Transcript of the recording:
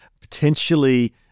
potentially